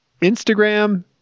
Instagram